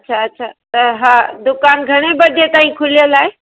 अच्छा अच्छा त हा दुकान घणे बजे ताईं खुलियल आहे